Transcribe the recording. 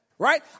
Right